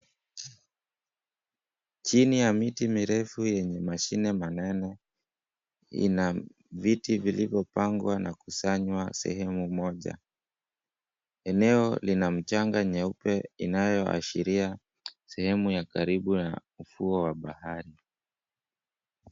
Chini ya miti mirefu yenye mashina manono, ina viti vilivyopangwa na kusanywa sehemu moja. Eneo lina mchanga mweupe, inayoashiria sehemu ya karibu ya ufuo wa bahari.